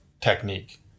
technique